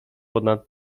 ponad